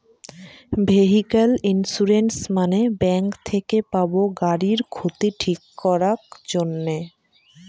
vehicle insurance মানে bank থেকে পাবো গাড়ির ক্ষতি ঠিক করাক জন্যে